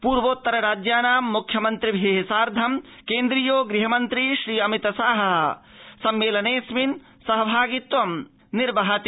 पूर्वोत्तर राज्यानां मुख्यमन्त्रिभि साधं केन्द्रीयो गृहमन्त्री श्रीअमितशाह सम्मेलनेऽस्मिन् सहभागित्वं विधास्यति